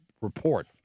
report